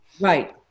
Right